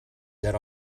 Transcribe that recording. that